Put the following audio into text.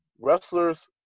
Wrestlers